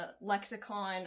lexicon